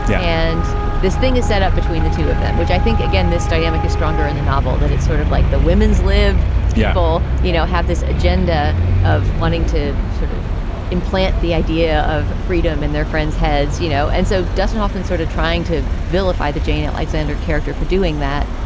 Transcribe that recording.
yeah and this thing is set up between the two of them, which i think, again, this dynamic is stronger in the novel, that it's sort of like the women's live people, you know, have this agenda of wanting to sort of implant the idea of freedom in their friends heads, heads, you know, and so doesn't often sort of trying to vilify the jane alexander character for doing that.